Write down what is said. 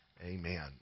amen